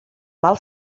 mal